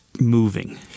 moving